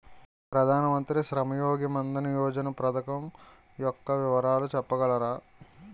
ప్రధాన మంత్రి శ్రమ్ యోగి మన్ధన్ యోజన పథకం యెక్క వివరాలు చెప్పగలరా?